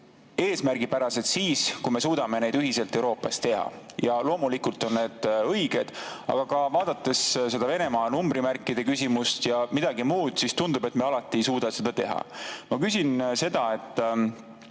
eesmärgipärased siis, kui me suudame neid Euroopas ühiselt teha. Ja loomulikult on need õiged. Aga vaadates seda Venemaa numbrimärkide küsimust ja ka midagi muud, tundub, et me alati ei suuda seda teha. Ma küsin seda: